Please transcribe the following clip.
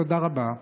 תודה רבה.